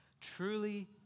truly